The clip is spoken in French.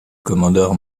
commodore